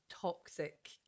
toxic